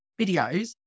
videos